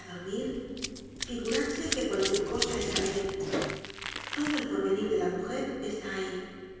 adormir figurarse que cualquier cosa es alguien todo el porvenir de la mujer está ahí